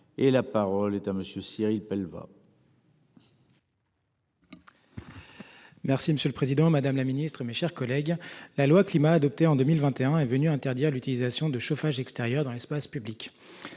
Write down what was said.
et la parole est à monsieur Cyrille va. Merci, monsieur le Président Madame la Ministre, mes chers collègues, la loi climat adoptée en 2021 est venu interdire l'utilisation de chauffages extérieurs dans l'espace public.